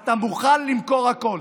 אתה מוכן למכור הכול.